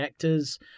connectors